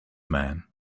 man